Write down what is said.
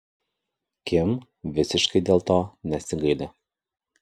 kim visiškai dėl to nesigaili